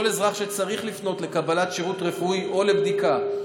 כל אזרח שצריך לפנות לקבלת שירות רפואי או לבדיקה,